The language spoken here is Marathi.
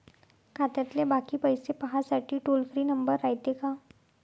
खात्यातले बाकी पैसे पाहासाठी टोल फ्री नंबर रायते का?